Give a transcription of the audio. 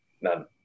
none